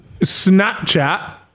Snapchat